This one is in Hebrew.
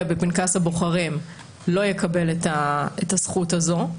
בפנקס הבוחרים לא יקבל את הזכות הזו.